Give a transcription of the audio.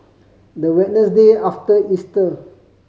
the Wednesday after Easter